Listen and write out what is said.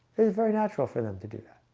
very natural for them to do that.